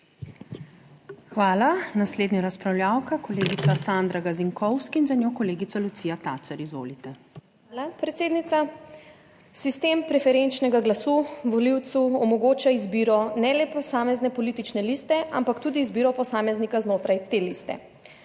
Hvala. Naslednja razpravljavka, kolegica Sandra Gazinkovski in za njo kolegica Lucija Tacer. Izvolite. **SANDRA GAZINKOVSKI (PS Svoboda):** Hvala, predsednica. Sistem preferenčnega glasu volivcu omogoča izbiro ne le posamezne politične liste, ampak tudi izbiro posameznika znotraj te liste.